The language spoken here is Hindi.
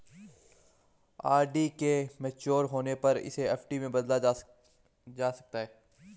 आर.डी के मेच्योर होने पर इसे एफ.डी में बदला जा सकता है